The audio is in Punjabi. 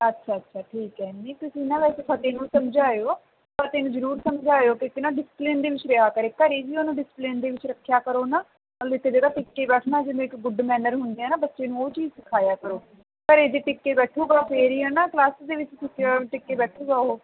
ਅੱਛਾ ਅੱਛਾ ਠੀਕ ਹੈ ਨਹੀਂ ਤੁਸੀਂ ਨਾ ਵੈਸੇ ਫਤਿਹ ਨੂੰ ਸਮਝਾਇਓ ਫਤਿਹ ਨੂੰ ਜ਼ਰੂਰ ਸਮਝਾਇਓ ਕਿਉਂਕਿ ਨਾ ਡਿਸਪਲੇਨ ਦੇ ਵਿੱਚ ਰਿਹਾ ਕਰੇ ਘਰ ਵੀ ਉਹਨੂੰ ਡਿਸਪਲੇਨ ਦੇ ਵਿੱਚ ਰੱਖਿਆ ਕਰੋ ਨਾ ਨਾਲੇ ਇੱਕ ਜਗ੍ਹਾ ਟਿੱਕ ਕੇ ਬੈਠਣਾ ਜਿਵੇਂ ਇੱਕ ਗੂਡ ਮੈਨਰ ਹੁੰਦੇ ਹੈ ਨਾ ਬੱਚੇ ਨੂੰ ਉਹ ਚੀਜ਼ ਸਿਖਾਇਆ ਕਰੋ ਘਰ ਜੇ ਟਿੱਕ ਕੇ ਬੈਠੂਗਾ ਫਿਰ ਹੀ ਹੈ ਨਾ ਕਲਾਸ ਦੇ ਵਿੱਚ ਟਿਕ ਕੇ ਬੈਠੂਗਾ ਉਹ